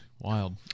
Wild